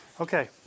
Okay